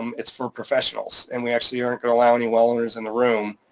um it's for professionals, and we actually aren't gonna allow any well owners in the room,